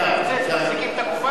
אה, מי ש ומתפוצץ, מחזיקים את הגופה?